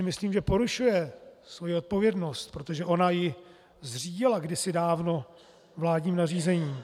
Myslím, že tím porušuje svoji odpovědnost, protože ona ji zřídila kdysi dávno vládním nařízením.